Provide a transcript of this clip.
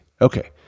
Okay